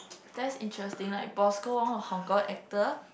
that's interesting like Bosco-Wong a Hong-Kong actor